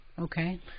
Okay